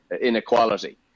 inequality